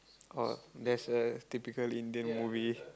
or that's a typical Indian movie